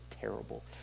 terrible